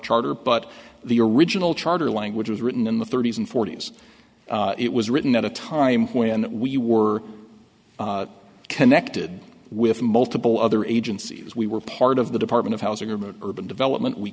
charter but the original charter language was written in the thirty's and forty's it was written at a time when we were connected with multiple other agencies we were part of the department of housing and urban development we